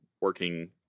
working